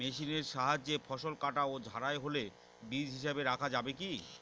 মেশিনের সাহায্যে ফসল কাটা ও ঝাড়াই হলে বীজ হিসাবে রাখা যাবে কি?